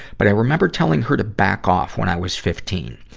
but i remembered telling her to back off when i was fifteen.